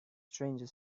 stranger